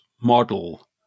model